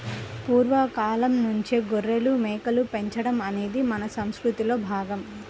పూర్వ కాలంనుంచే గొర్రెలు, మేకలు పెంచడం అనేది మన సంసృతిలో భాగం